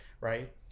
right